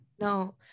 no